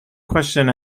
question